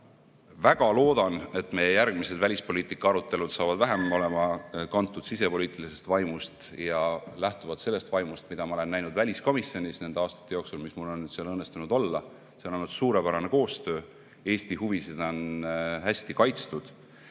väga loodan, et meie järgmised välispoliitika arutelud saavad olema vähem kantud sisepoliitilisest vaimust ja lähtuvad sellest vaimust, mida ma olen näinud väliskomisjonis nende aastate jooksul, mis mul on õnnestunud seal olla. See on olnud suurepärane koostöö, Eesti huvisid on hästi kaitstud.